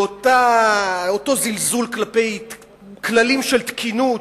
לאותו זלזול בכללים של תקינות,